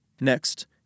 Next